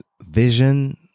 Vision